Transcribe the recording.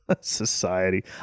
society